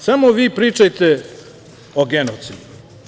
Samo vi pričajte o genocidu.